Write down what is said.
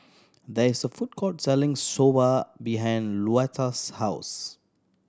there is a food court selling Soba behind Luetta's house